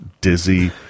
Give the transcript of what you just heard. dizzy